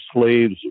slaves